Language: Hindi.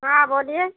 हाँ बोलिए